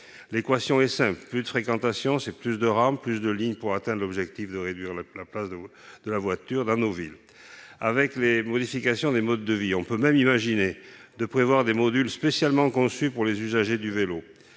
L'équation est simple : plus de fréquentation implique un plus grand nombre de rames, plus de lignes pour atteindre l'objectif de réduction de la place de la voiture dans nos villes. Avec les modifications des modes de vie, nous pouvons même imaginer de prévoir des modules spécialement conçus pour les usagers du vélo.